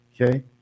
Okay